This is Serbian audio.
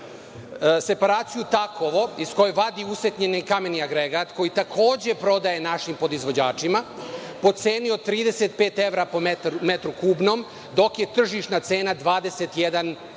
separaciju „Takovo“ iz koje vadi usitnjeni kameni agregat, koji takođe prodaje našim podizvođačima po ceni od 35 evra po metru kubnom, dok je tržišna cena 21 evro